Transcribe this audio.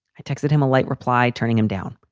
i texted him a light reply, turning him down.